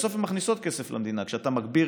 בסוף הן מכניסות כסף למדינה כשאתה מגביר